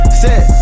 set